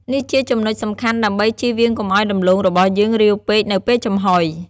នេះជាចំណុចសំខាន់ ដើម្បីជៀសវាងកុំឱ្យដំឡូងរបស់យើងរាវពេក នៅពេលចំហុយ។